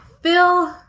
Phil